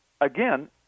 Again